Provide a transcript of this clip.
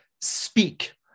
speak